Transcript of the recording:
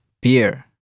beer